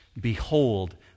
Behold